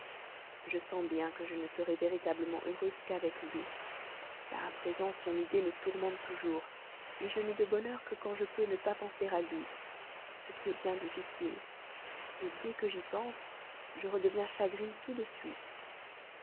je sens bien que je ne serai véritablement heureuse qu'avec lui car à présent son idée me tourmente toujours je n'ai de bonheur que quand je peux ne pas penser à lui ce qui est bien difficile dès que j'y pense je redeviens chagrine tout de suite